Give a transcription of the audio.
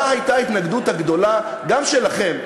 מה הייתה ההתנגדות הגדולה שלכם?